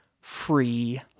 free